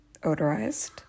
odorized